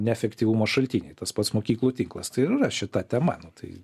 neefektyvumo šaltiniai tas pats mokyklų tinklas tai ir yra šita tema nu tai